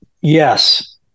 Yes